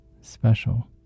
special